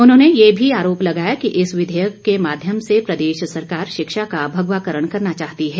उन्होंने ये भी आरोप लगाया कि इस विधेयक के माध्यम से प्रदेश सरकार शिक्षा का भगवाकरण करना चाहती है